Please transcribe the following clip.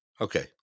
Okay